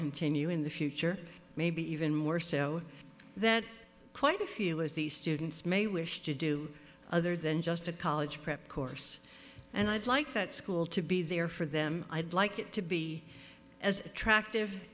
continue in the future maybe even more so that quite a few of the students may wish to do other than just a college prep course and i'd like that school to be there for them i'd like it to be as attractive